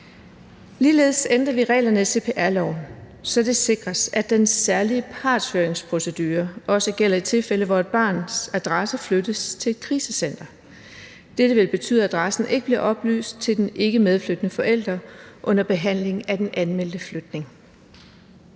Ligeledes ændrer vi reglerne i cpr-loven, så det sikres, at den særlige partshøringsprocedure også gælder i tilfælde, hvor et barns adresse flyttes til et krisecenter. Dette vil betyde, at adressen ikke bliver oplyst til den ikkemedflyttende forælder under behandlingen af den anmeldte flytning.